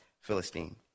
Philistine